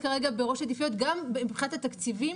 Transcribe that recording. כרגע בראש העדיפויות גם מבחינת התקציבים,